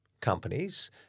companies